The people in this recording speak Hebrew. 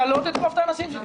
אין דבר כזה.